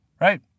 Right